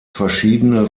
verschiedene